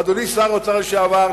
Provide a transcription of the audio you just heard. אדוני שר האוצר לשעבר,